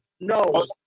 no